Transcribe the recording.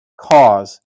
cause